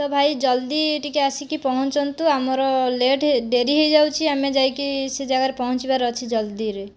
ତ ଭାଇ ଜଲ୍ଦି ଟିକେ ଆସିକି ପହଞ୍ଚନ୍ତୁ ଆମର ଲେଟ୍ ହେଇ ଡେରି ହୋଇଯାଉଛି ଆମେ ଯାଇକି ସେ ଜାଗାରେ ପହଞ୍ଚିବାର ଅଛି ଜଲ୍ଦିରେ